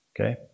Okay